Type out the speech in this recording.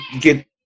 get